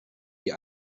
die